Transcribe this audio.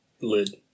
lid